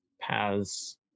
paths